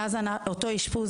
מאז אותו אשפוז,